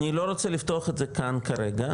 אני לא רוצה לפתוח את זה כאן כרגע,